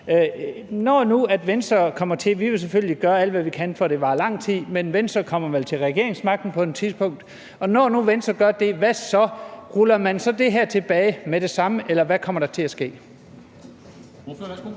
Når nu Venstre kommer til – vi vil selvfølgelig gøre alt, hvad vi kan, for at det varer lang tid, men Venstre kommer vel til regeringsmagten på et tidspunkt – hvad så? Ruller man så det her tilbage med det samme, eller hvad kommer der til at ske?